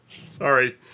Sorry